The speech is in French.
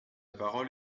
parole